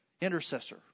intercessor